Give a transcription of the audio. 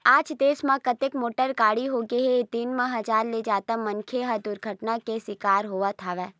आज देस म अतेकन मोटर गाड़ी होगे हे के दिन म हजार ले जादा मनखे ह दुरघटना के सिकार होवत हवय